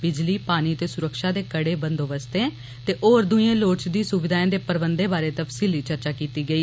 बिजली पानी ते सुरक्षा दे कड़े बंदोवस्तें ते होर दुइएं लोढ़चदी सुविधाएं दे प्रबंधै बारै तफसीली चर्चा कीत्ती गेई